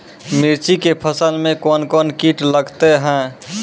मिर्ची के फसल मे कौन कौन कीट लगते हैं?